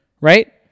right